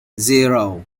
zero